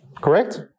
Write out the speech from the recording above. Correct